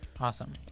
Awesome